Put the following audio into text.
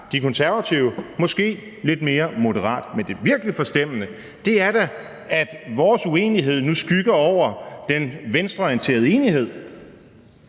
De Konservative er måske lidt mere moderate. Men det virkelig forstemmende er da, at vores uenighed nu skygger over den venstreorienterede enighed.